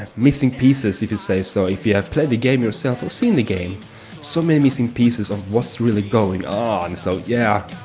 missing pieces if you say so if you have played the game yourself or seen the game so many missing pieces of what's really going on, so, yeah